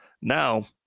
now